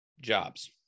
jobs